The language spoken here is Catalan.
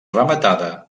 rematada